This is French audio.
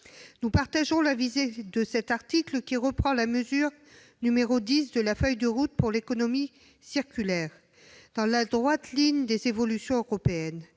Nous partageons l'objectif de cet article, qui reprend la mesure n° 10 de la feuille de route pour l'économie circulaire, dans la droite ligne des évolutions européennes.